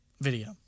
video